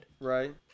Right